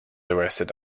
arrested